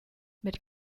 mit